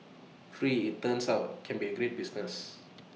free IT turns out can be A great business